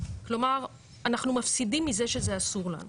כלומר, אנחנו מפסידים מזה שזה אסור לנו.